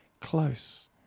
close